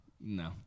No